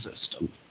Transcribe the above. system